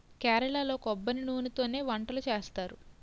కేరళలో కొబ్బరి నూనెతోనే వంటలు చేస్తారు